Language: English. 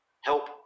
Help